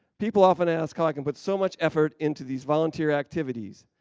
people often ask how i can put so much effort into these volunteer activities.